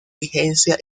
vigencia